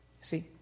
See